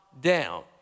down